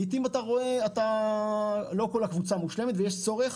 לעיתים לא כל הקבוצה מושלמת ויש צורך